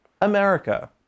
America